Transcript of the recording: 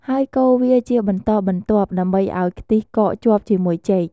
ហើយកូរវាជាបន្តបន្ទាប់ ដើម្បីឱ្យខ្ទិះកកជាប់ជាមួយចេក។